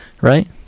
right